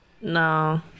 no